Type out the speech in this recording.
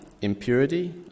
impurity